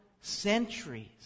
centuries